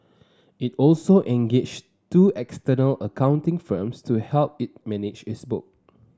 it also engaged two external accounting firms to help it manage its book